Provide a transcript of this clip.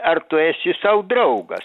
ar tu esi sau draugas